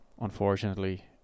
unfortunately